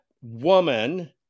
woman